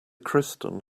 kristen